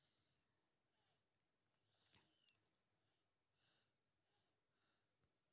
निवेश banking company सरकार आर अन्य संस्थार तने पूंजी निर्माण से संबंधित छे